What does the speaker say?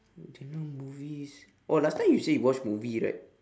what genre of movies oh last time you say you watch movie right